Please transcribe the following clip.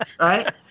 right